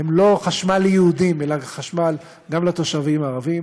הן לא חשמל ליהודים אלא חשמל גם לתושבים הערבים.